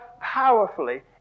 powerfully